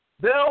Bill